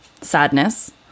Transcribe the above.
sadness